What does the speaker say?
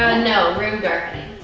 ah no, room darkening.